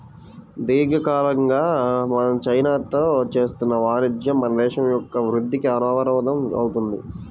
దీర్ఘకాలికంగా మనం చైనాతో చేస్తున్న వాణిజ్యం మన దేశం యొక్క వృద్ధికి అవరోధం అవుతుంది